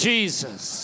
Jesus